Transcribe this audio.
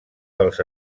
dels